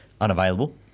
unavailable